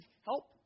help